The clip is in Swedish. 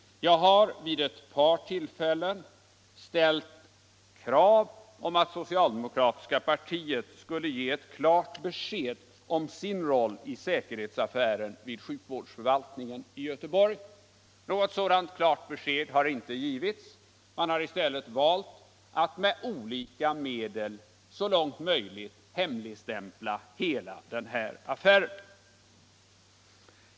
Jag har vid ett par tillfällen ställt krav på att socialdemokratiska partiet skulle lämna ett klart besked om sin roll i säkerhetsaffären vid sjukvårdsförvaltningen i Göteborg, men något sådant besked har inte givits. I stället har man valt att med alla medel så långt möjligt hemligstämpla hela affären.